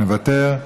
מוותר,